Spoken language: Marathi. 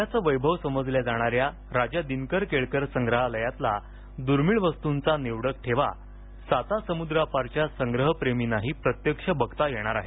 पुण्याचं वैभव समजल्या जाणाऱ्या राजा दिनकर केळकर संग्रहालयातला दूर्मिळ वस्तूंचा निवडक ठेवा सातासमुद्रापारच्या संग्रहप्रेमींनाही प्रत्यक्ष पाहता येणार आहे